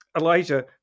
Elijah